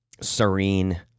serene